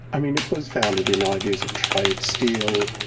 i mean it was founded in ideas of trade steel,